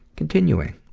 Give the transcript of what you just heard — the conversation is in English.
continuing,